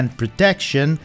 protection